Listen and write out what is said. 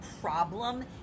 problem